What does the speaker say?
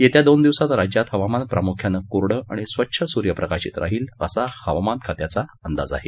येत्या दोन दिवसात राज्यात हवामान प्रामुख्यानं कोरडं आणि स्वच्छ स्र्यप्रकाशित राहिल असा हवामान खात्याचा अंदाज आहे